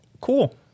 Cool